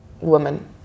woman